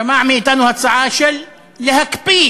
שמע מאתנו הצעה להקפיא